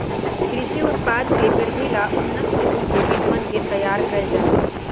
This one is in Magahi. कृषि उत्पाद के वृद्धि ला उन्नत किस्म के बीजवन के तैयार कइल जाहई